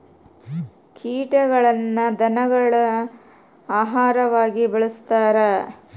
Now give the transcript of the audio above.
ಕೀಟಗಳನ್ನ ಧನಗುಳ ಆಹಾರವಾಗಿ ಬಳಸ್ತಾರ